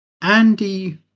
Andy